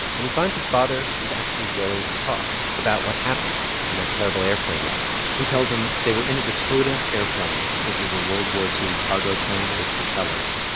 and he finds his father is actually willing to talk about what happened on that terrible airplane ride he tells him they were in a dakota airplane, which is a world war ii cargo plane with propellers.